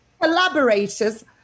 Collaborators